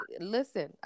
listen